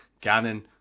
Gannon